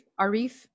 Arif